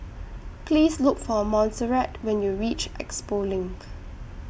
Please Look For Monserrat when YOU REACH Expo LINK